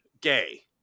gay